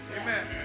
Amen